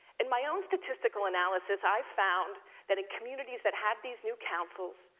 in my own statistical analysis, i found that in communities that had these new councils,